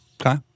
Okay